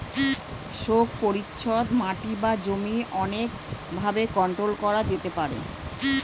শোক পরিচ্ছদ মাটি বা জমি অনেক ভাবে কন্ট্রোল করা যেতে পারে